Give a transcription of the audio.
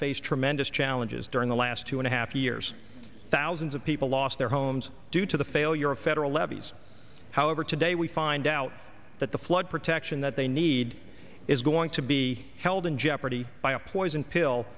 faced tremendous challenges during the last two and a half years thousands of people lost their homes due to the failure of federal levees however today we find out that the flood protection that they need is going to be held in jeopardy by a poison pill